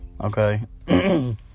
Okay